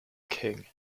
king